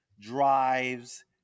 drives